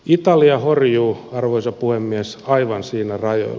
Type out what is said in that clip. italia horjuu arvoisa puhemies aivan siinä rajoilla